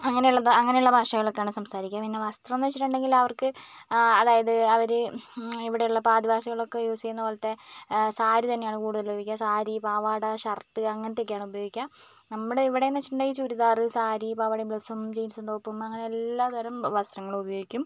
അങ്ങനെയുള്ളത് അങ്ങനെയുള്ള ഭാഷകളൊക്കെയാണ് സംസാരിക്കുക പിന്നെ വസ്ത്രം എന്ന് വെച്ചിട്ടുണ്ടെങ്കിൽ അവർക്ക് അതായത് അവർ ഇവിടെയുള്ള ഇപ്പ ആദിവാസികളൊക്കെ യൂസ് ചെയ്യുന്ന പോലത്തെ സാരി തന്നെയാണ് കൂടുതൽ ഉപയോഗിക്കുക സാരി പാവാട ഷർട്ട് അങ്ങനത്തെ ഒക്കെയാണ് ഉപയോഗിക്കുക നമ്മുടെ ഇവിടെയെന്ന് വെച്ചിട്ടുണ്ടെങ്കിൽ ചുരിദാർ സാരി പാവാടയും ബ്ലൗസും ജീൻസും ടോപ്പും അങ്ങനെ എല്ലാ തരം വസ്ത്രങ്ങളും ഉപയോഗിക്കും